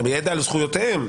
ידע על זכויותיהם,